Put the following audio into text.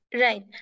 Right